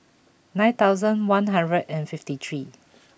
nine thousand one hundred and fifty three